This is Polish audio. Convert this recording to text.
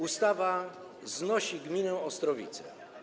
Ustawa znosi gminę Ostrowice.